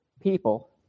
people